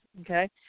okay